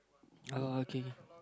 uh okay okay